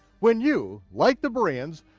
when you, like the bereans,